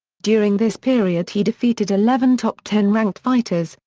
during this period he defeated eleven top ten ranked fighters,